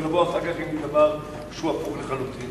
ולבוא אחר כך עם דבר שהוא הפוך לחלוטין.